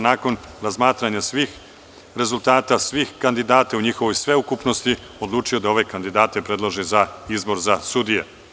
nakon razmatranja svih rezultata, svih kandidata u njihovoj sveukupnosti odlučio da ove kandidate predloži za izbor za sudije.